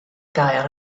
gair